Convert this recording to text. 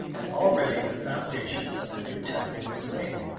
and already the foundation of the new temple was laid.